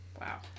Wow